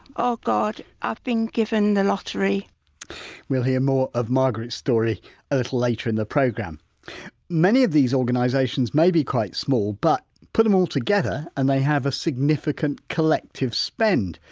oh god, i've been given the lottery we'll hear more of margaret's story a little later in the programme many of these organisations may be quite small but put them altogether and they have a significant collective spend.